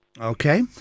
Okay